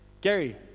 Gary